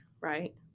right